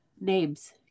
Names